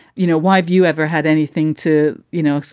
you know, why have you ever had anything to, you know,